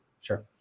sure